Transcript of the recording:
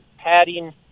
padding